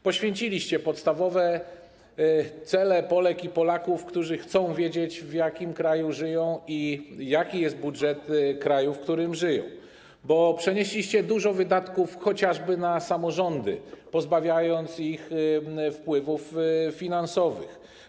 Poświęciliście podstawowe cele Polek i Polaków, którzy chcą wiedzieć, w jakim kraju żyją i jaki jest budżet kraju, w którym żyją, bo przenieśliście dużo wydatków chociażby na samorządy, pozbawiając je wpływów finansowych.